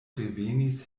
revenis